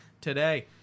today